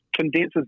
condenses